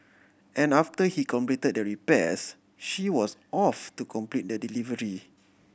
and after he completed the repairs she was off to complete the delivery